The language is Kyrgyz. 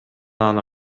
аны